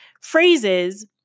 phrases